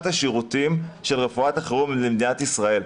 השירותים של רפואת החירום במדינת ישראל.